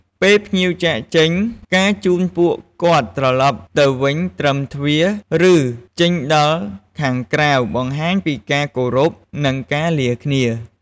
ពេលភ្ញៀវចាកចេញ ការជូនពួកគាត់ត្រឡប់ទៅវិញត្រឹមទ្វារ ឬ ចេញដល់ខាងក្រៅបង្ហាញពីការគោរព និង ការលាគ្នា។